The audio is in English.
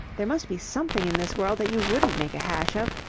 there must be something in this world that you wouldn't make a hash of.